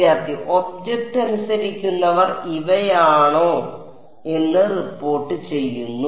വിദ്യാർത്ഥി ഒബ്ജക്റ്റ് അനുസരിക്കുന്നവർ ഇവയാണോ എന്ന് റിപ്പോർട്ട് ചെയ്യുന്നു